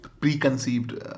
Preconceived